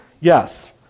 Yes